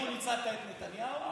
את נתניהו.